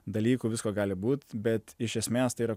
dalykų visko gali būt bet iš esmės tai yra